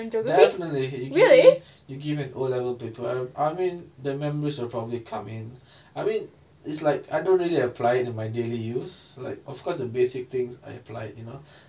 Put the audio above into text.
definitely you give me you give an O level paper I will I mean the memories will probably come in I mean it's like I don't really apply it on my daily use like of course the basic things I apply it you know